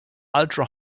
ultra